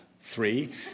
three